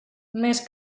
més